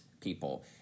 people